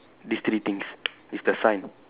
these three things is the sign